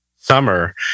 Summer